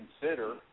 consider